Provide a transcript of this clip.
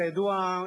כידוע,